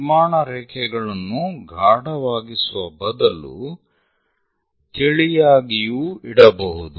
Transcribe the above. ನಿರ್ಮಾಣ ರೇಖೆಗಳನ್ನು ಘಾಡವಾಗಿಸುವ ಬದಲು ತಿಳಿಯಾಗಿಯೂ ಇಡಬಹುದು